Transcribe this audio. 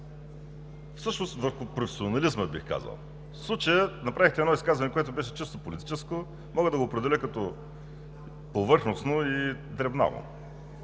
неща, върху професионализма, бих казал. В случая направихте едно изказване, което беше чисто политическо. Мога да го определя като повърхностно и дребнаво.